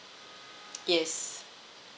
yes